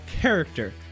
character